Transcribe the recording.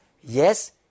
yes